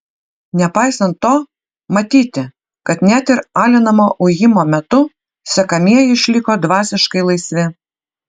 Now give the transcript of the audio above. nepaisant to matyti kad net ir alinamo ujimo metu sekamieji išliko dvasiškai laisvi